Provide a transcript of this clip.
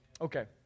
Okay